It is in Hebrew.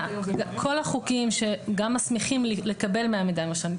כל החוקים שגם מסמיכים לקבל מידע מהמרשם,